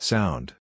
Sound